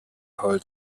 hall